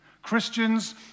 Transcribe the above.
Christians